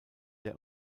der